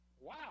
wow